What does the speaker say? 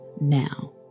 now